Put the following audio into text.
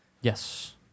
Yes